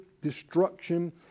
destruction